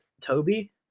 Toby